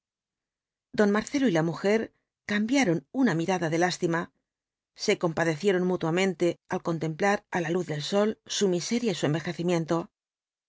don marcelo y la mujer cambiaron una mirada de lástima se compadecieron mutuamente al contemplar á la luz del sol su miseria y su envejecimiento